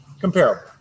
Comparable